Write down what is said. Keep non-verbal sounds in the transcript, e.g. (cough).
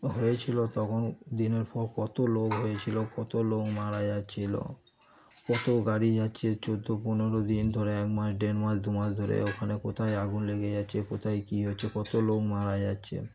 হয়েছিল তখন দিনের (unintelligible) কত লোক হয়েছিল কত লোক মারা যাচ্ছিল কত গাড়ি যাচ্ছে চৌদ্দ পনেরো দিন ধরে এক মাস দেড় মাস দুমাস ধরে ওখানে কোথায় আগুন লেগে যাচ্ছে কোথায় কী হচ্ছে কত লোক মারা যাচ্ছে